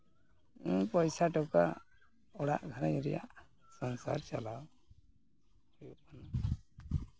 ᱯᱚᱭᱥᱟᱼᱴᱟᱠᱟ ᱚᱲᱟᱜ ᱜᱷᱟᱨᱚᱸᱡᱽ ᱨᱮᱭᱟᱜ ᱥᱚᱝᱥᱟᱨ ᱪᱟᱞᱟᱣ ᱦᱩᱭᱩᱜ ᱠᱟᱱᱟ